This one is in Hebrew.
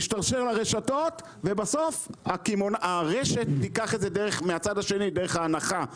ישתרשר למחלבות ובסוף הרשת תיקח את זה דרך ההנחה הקמעונאית.